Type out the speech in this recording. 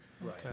Right